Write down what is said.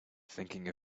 thinking